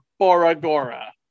Boragora